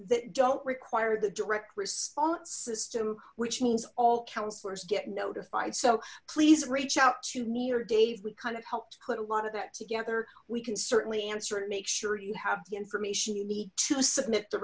that don't require the direct response system which means all councillors get notified so please reach out to me or dave we kind of help to put a lot of that together we can certainly answer and make sure you have the information you need to submit the